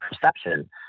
perception